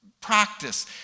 practice